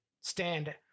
stand